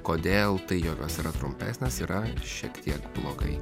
kodėl tai jog jos yra trumpesnės yra šiek tiek blogai